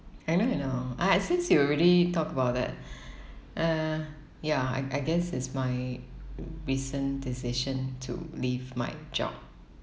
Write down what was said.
I know you know uh since you already talked about that uh ya I I guess it's my recent decision to leave my job